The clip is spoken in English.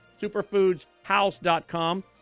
superfoodshouse.com